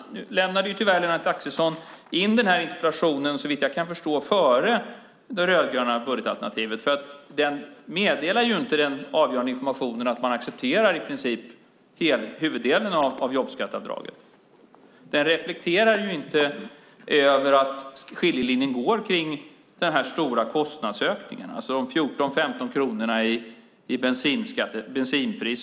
Såvitt jag kan förstå lämnade Lennart Axelsson in den här interpellationen innan det rödgröna budgetalternativet kom. Den meddelar inte den avgörande informationen att man i princip accepterar huvuddelen av jobbskatteavdraget. Den reflekterar inte över att skiljelinjen går vid den stora kostnadsökningen, det vill säga ett bensinpris på 14-15 kronor som vi kommer att ha framöver.